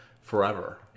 forever